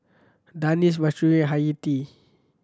Danish Mahsuri and Hayati